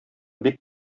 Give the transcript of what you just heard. бик